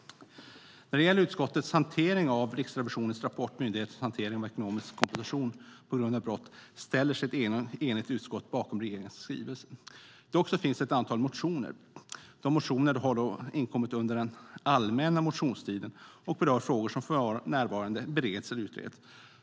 När det gäller utskottets hantering av Riksrevisionens rapport Myndigheters hantering av ekonomisk kompensation på grund av brott ställer sig ett enigt utskott bakom regeringens skrivelse. Det finns dock ett antal motioner. Dessa motioner har inkommit under den allmänna motionstiden och berör frågor som för närvarande bereds eller utreds.